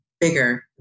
bigger